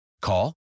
Call